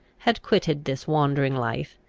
had quitted this wandering life,